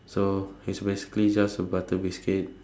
so it's basically just a butter biscuit